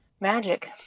magic